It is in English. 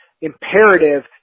imperative